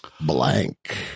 blank